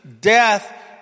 death